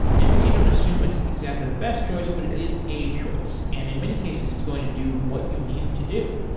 and maybe you don't assume it's exactly the best choice, but it is a choice. and in many cases, it's going to do what you need it to do.